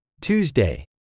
Tuesday